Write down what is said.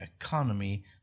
economy